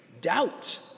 doubt